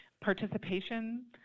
participation